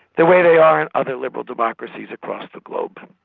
the way they are in other liberal democracies across the globe.